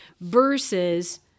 versus